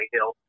Hill